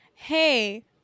hey